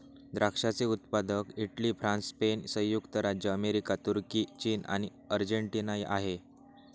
द्राक्षाचे उत्पादक Italy, France, Spain, संयुक्त राज्य अमेरिका, तुर्की, चीन आणि अर्जेंटिना आहे